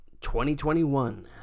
2021